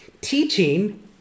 teaching